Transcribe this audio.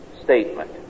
statement